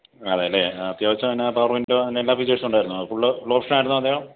ആ അതെ അല്ലേ ആ അത്യാവശ്യം തന്നെ പവർ എഞ്ചിനും അങ്ങനെ എല്ലാ ഫ്യൂച്ചേഴ്സും ഉണ്ടായിരുന്നോ ഫുൾ ഫുൾ ഓപ്ഷൻ ആയിരുന്നോ അതോ